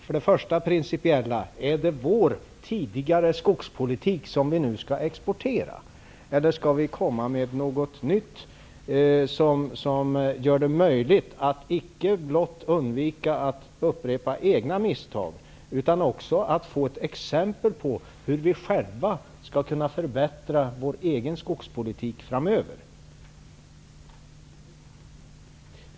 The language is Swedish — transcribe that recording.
Först och främst: Är det vår tidigare skogspolitik som vi nu skall exportera, eller skall vi komma med något nytt som gör det möjligt att icke blott undvika att upprepa egna misstag utan också få exempel på hur vi själva skall kunna förbättra vår egen skogspolitik framöver?